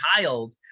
child